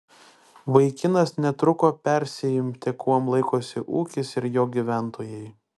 vaikinas netruko persiimti kuom laikosi ūkis ir jo gyventojai